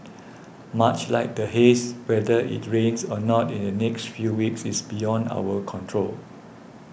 much like the haze whether it rains or not in the next few weeks is beyond our control